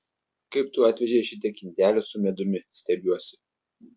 kaip tu atvežei šitiek indelių su medumi stebiuosi